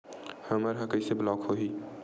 हमर ह कइसे ब्लॉक होही?